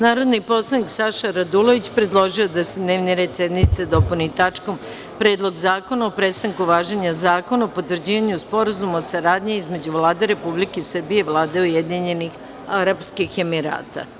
Narodni poslanik Saša Radulović predložio je da se dnevni red sednice dopuni tačkom – Predlog zakona o prestanku važenja Zakona o potvrđivanju Sporazuma o saradnji između Vlade Republike Srbije i Vlade Ujedinjenih Arapskih Emirata.